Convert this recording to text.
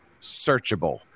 searchable